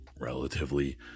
relatively